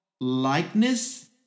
likeness